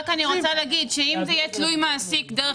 אני רוצה לומר שאם זה יהיה תלוי מעסיק דרך